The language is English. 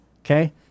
okay